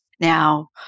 Now